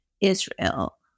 Israel